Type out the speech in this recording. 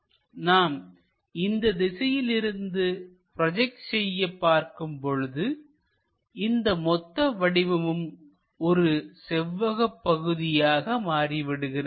நாம் இந்த திசையிலிருந்து ப்ரோஜெக்ட் செய்ய பார்க்கும்போது இந்த மொத்த வடிவமும் ஒரு செவ்வக பகுதியாக மாறிவிடுகிறது